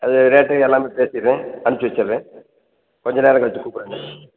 அது ரேட்டு எல்லாமே பேசிடறேன் அனுப்ச்சு வெச்சுட்றேன் கொஞ்சம் நேரம் கழிச்சி கூப்பிட்றேண்ண